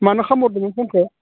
मानो खालामहरदोंमोन फनखौ